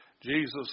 Jesus